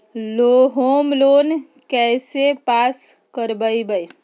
Home loan कैसे pass कर बाबई?